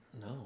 No